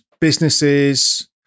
businesses